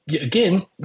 Again